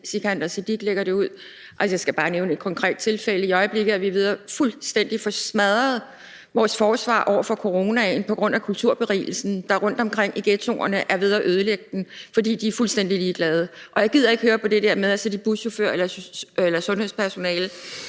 Sikandar Siddique lægger det ud. Jeg skal bare nævne et konkret tilfælde. I øjeblikket er vi ved fuldstændig at få smadret vores forsvar over for coronaen på grund af kulturberigelsen, der rundtomkring i ghettoerne er ved at ødelægge den, fordi de er fuldstændig ligeglade. Og jeg gider ikke høre på det der med, at så er de buschauffører eller sundhedspersonale.